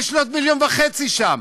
יש לי עוד מיליון וחצי שם,